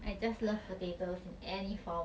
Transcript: I just love potatoes in any form